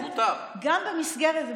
גם במסגרת, מותר.